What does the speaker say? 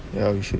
ya we should